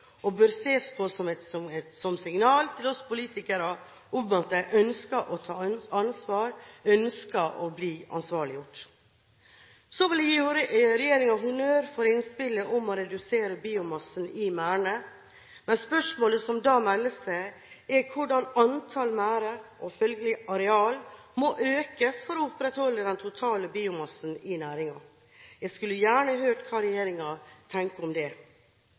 og bør ses på som et signal til oss politikere om at de ønsker å ta ansvar, ønsker å bli ansvarliggjort. Så vil jeg gi regjeringen honnør for innspillet om å redusere biomassen i merdene, men spørsmålet som da melder seg, er hvordan antall merder, og følgelig areal, må økes for å opprettholde den totale biomassen i næringen. Jeg skulle gjerne hørt hva regjeringen tenker om det.